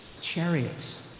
chariots